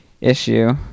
issue